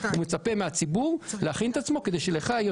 הוא מצפה מהציבור להכין את עצמו כדי שלך יהיה